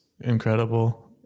incredible